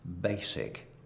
basic